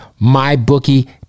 MyBookie